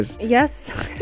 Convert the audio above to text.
Yes